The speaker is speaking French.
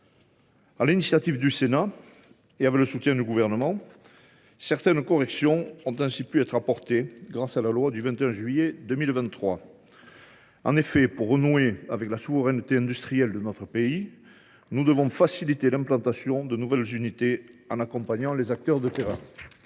l’initiative du Sénat, et avec le soutien du Gouvernement, certaines corrections ont pu être apportées grâce à la loi du 20 juillet 2023. En effet, pour renouer avec la souveraineté industrielle de notre pays, nous devons faciliter l’implantation de nouvelles unités, en accompagnant les acteurs de terrain.